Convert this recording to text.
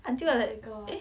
until I like eh